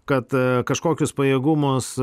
kad kažkokius pajėgumus